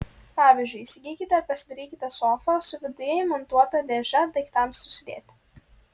pavyzdžiui įsigykite ar pasidarykite sofą su viduje įmontuota dėže daiktams susidėti